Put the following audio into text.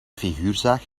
figuurzaag